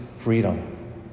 freedom